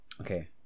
okay